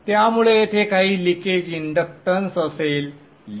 त्यामुळे येथे काही लीकेज इंडक्टन्स असेल